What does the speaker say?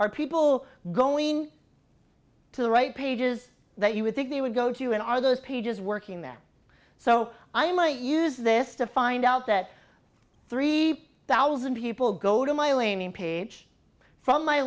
are people going to the right pages that you would think they would go to and are those pages working there so i might use this to find out that three thousand people go to my